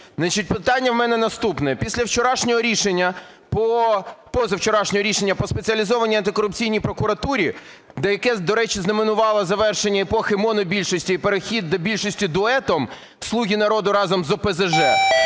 вчорашнього рішення... позавчорашнього рішення по Спеціалізованій антикорупційній прокуратурі, яке, до речі, знаменувало завершення епохи монобільшості і перехід до більшості дуетом – "Слуги народу" разом з ОПЗЖ,